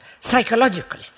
psychologically